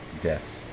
deaths